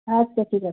আচ্ছা ঠিক আছে